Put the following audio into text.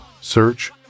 search